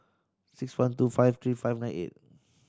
six one two five three five nine eight